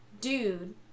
dude